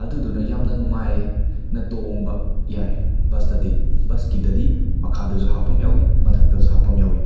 ꯑꯗꯨꯗꯨꯅ ꯌꯥꯝꯅ ꯅꯨꯡꯉꯥꯏꯌꯦ ꯅ ꯇꯣꯡꯕ ꯌꯥꯏ ꯕꯁꯇꯗꯤ ꯕꯁꯀꯤꯗꯗꯤ ꯃꯈꯥꯗꯁꯨ ꯍꯥꯐꯝ ꯌꯥꯎꯋꯤ ꯃꯊꯛꯇꯁꯨ ꯍꯥꯐꯝ ꯌꯥꯎꯋꯤ